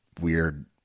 weird